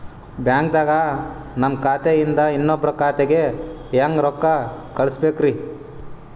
ಬ್ಯಾಂಕ್ದಾಗ ನನ್ ಖಾತೆ ಇಂದ ಇನ್ನೊಬ್ರ ಖಾತೆಗೆ ಹೆಂಗ್ ರೊಕ್ಕ ಕಳಸಬೇಕ್ರಿ?